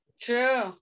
True